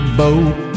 boat